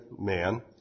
man